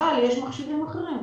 אבל יש מכשירים אחרים.